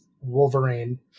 Wolverine